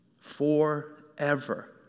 Forever